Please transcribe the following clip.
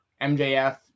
MJF